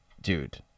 Dude